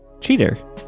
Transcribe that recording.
Cheater